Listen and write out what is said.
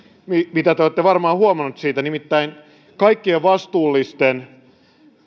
mitä te olette varmaan huomannut siitä nimittäin kaikkien vastuullisten